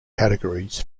categories